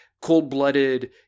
cold-blooded